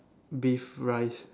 beef rice